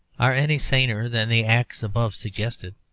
are any saner than the acts above suggested.